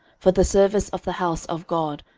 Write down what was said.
for the service of the house of god,